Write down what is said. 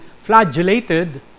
flagellated